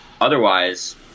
otherwise